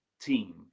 team